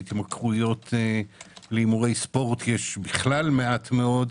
והתמכרויות להימורי ספורט יש בכלל רק מעט מאוד,